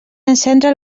encendre